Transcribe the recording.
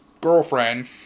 girlfriend